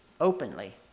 openly